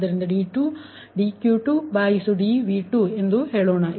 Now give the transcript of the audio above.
ಆದ್ದರಿಂದ dQ2dV2 ಎಂದು ಹೇಳೋಣ